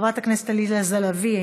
חברת הכנסת עליזה לביא,